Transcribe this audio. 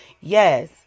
Yes